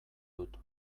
dut